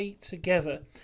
together